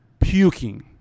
Puking